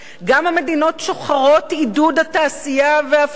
גם המדינות שוחרות עידוד התעשייה והפחתת